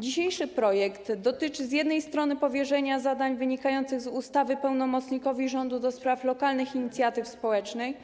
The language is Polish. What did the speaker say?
Dzisiejszy projekt dotyczy z jednej strony powierzenia zadań wynikających z ustawy pełnomocnikowi rządu do spraw lokalnych inicjatyw społecznych,